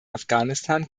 afghanistan